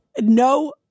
No